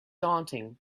daunting